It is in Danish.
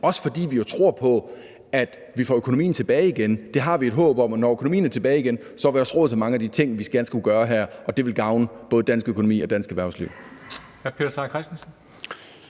også fordi vi jo tror på, at vi får økonomien tilbage igen. Det har vi et håb om, og når økonomien er tilbage igen, har vi også råd til mange af de ting, vi gerne skulle gøre her, og det vil gavne både dansk økonomi og dansk erhvervsliv.